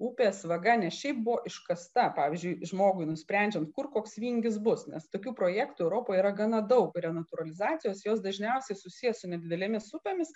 upės vaga ne šiaip buvo iškasta pavyzdžiui žmogui nusprendžiant kur koks vingis bus nes tokių projektų europoje yra gana daug renatūralizacijos jos dažniausiai susiję su nedidelėmis upėmis